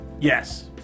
Yes